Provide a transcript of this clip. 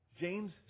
James